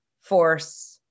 force